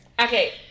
Okay